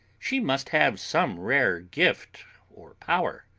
she must have some rare gift or power.